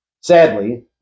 Sadly